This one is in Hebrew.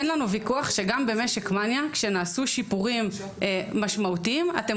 אין לנו ויכוח שגם במשק מניה כשנעשו שיפורים משמעותיים אתם